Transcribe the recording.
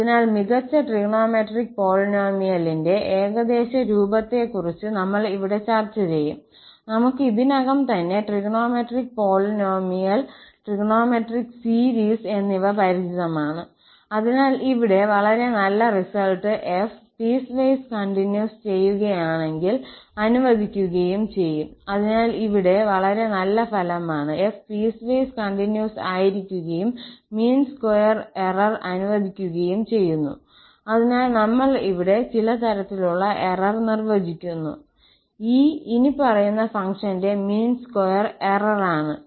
അതിനാൽ മികച്ച ട്രിഗണോമെട്രിക് പോളിനോമിയലിന്റെ ഏകദേശരൂപത്തെക്കുറിച്ച് നമ്മൾ ഇവിടെ ചർച്ച ചെയ്യും നമുക്ക് ഇതിനകം തന്നെ ട്രിഗണോമെട്രിക് പോളിനോമിയൽ ട്രിഗണോമെട്രിക് സീരീസ് എന്നിവ പരിചിതമാണ് അതിനാൽ ഇവിടെ വളരെ നല്ല റിസൾട്ട് 𝑓 പിഎസ്വൈസ് കോണ്ടിൻസ് ചെയ്യുകയാണെങ്കിൽ അനുവദിക്കുക ചെയ്യും അതിനാൽ ഇവിടെ വളരെ നല്ല ഫലമാണ് 𝑓 പീസ്വേസ് കണ്ടിന്യൂസ് ആയിരിക്കുകയും മീൻ സ്ക്വയർ എറർ അനുവദിക്കുകയും ചെയ്യുന്നു അതിനാൽ നമ്മൾ ഇവിടെ ചില തരത്തിലുള്ള എറർ നിർവ്വചിക്കുന്നു 𝐸 ഇനിപ്പറയുന്ന ഫങ്ക്ഷന്റെ മീൻ സ്ക്വയർ എറർ ആണ്